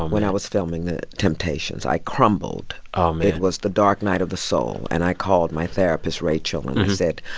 um when i was filming the temptations, i crumbled oh, man um it was the dark night of the soul. and i called my therapist, rachel, and i said,